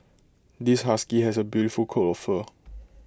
this husky has A beautiful coat of fur